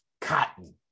cotton